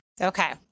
Okay